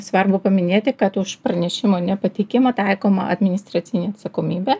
svarbu paminėti kad už pranešimo nepateikimą taikoma administracinė atsakomybė